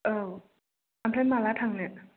औ ओमफ्राय माब्ला थांनो